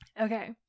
okay